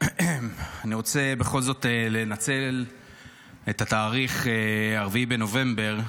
אני רוצה בכל זאת לנצל את התאריך 4 בנובמבר,